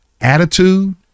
attitude